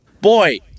Boy